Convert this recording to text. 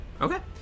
Okay